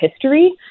history